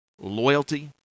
loyalty